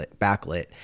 backlit